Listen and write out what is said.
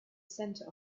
center